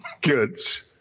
goods